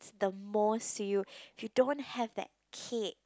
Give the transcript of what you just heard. the most to you if you don't have that cape